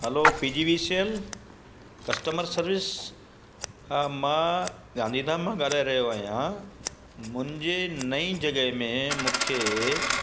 हलो P G V C L customer service हा मां गांधीधाम मां ॻाल्हाए रहियो आहियां मुंहिंजी नई जॻह में मूंखे